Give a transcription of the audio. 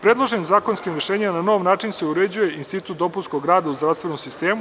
Predloženim zakonskim rešenjima na nov način se uređuje institut dopunskog rada u zdravstvenom sistemu.